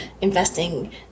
investing